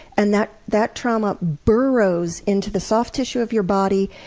and that that trauma burrows into the soft tissue of your body,